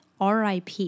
RIP